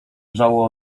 wrzało